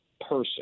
person